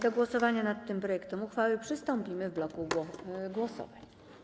Do głosowania nad tym projektem uchwały przystąpimy w bloku głosowań.